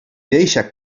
deixa